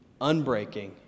unbreaking